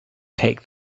take